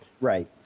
Right